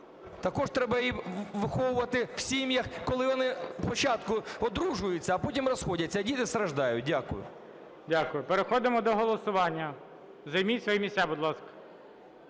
Також треба і виховувати в сім'ях, коли вони спочатку одружуються, а потім розходяться, а діти страждають. Дякую. ГОЛОВУЮЧИЙ. Дякую. Переходимо до голосування. Займіть свої місця, будь ласка.